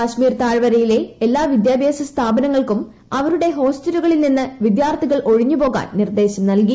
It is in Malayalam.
കാശ്മീർ താഴ്വരയിലെ എല്ലാ വിദ്യാഭ്യാസ സ്ഥാപനങ്ങൾക്കും അവരുടെ ഹോസ്റ്റലുകളിൽ നിന്ന് വിദ്യാർത്ഥികൾ ഒഴിഞ്ഞുപോകാൻ നിർദ്ദേശം നൽകി